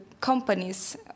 companies